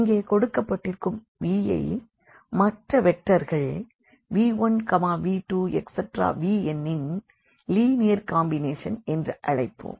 இங்கே கொடுக்கப்பட்டிருக்கும் v ஐ மற்ற வெக்டர்கள் v1v2vn ன் லீனியர் காம்பினேஷன் என்றழைப்போம்